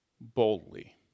boldly